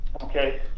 okay